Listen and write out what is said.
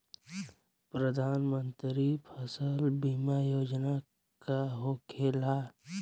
प्रधानमंत्री फसल बीमा योजना का होखेला?